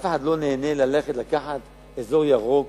אף אחד לא נהנה ללכת לקחת אזור ירוק